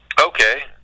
okay